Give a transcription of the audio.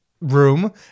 room